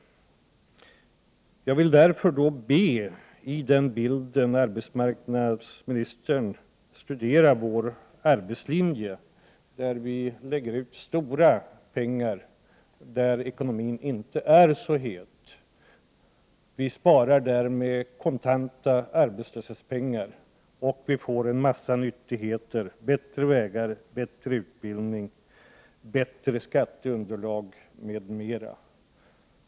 Jag vill därför be arbetsmarknadsministern studera vår arbetslinje, enligt vilken vi vill anslå stora pengar på punkter där ekonomin inte är så stark. Vi spar därmed in kontanta arbetslöshetsunderstöd och vi får ut en mängd nyttigheter: bättre vägar, bättre utbildning, bättre skatteunderlag m.m.